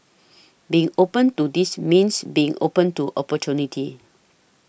being open to this means being open to opportunity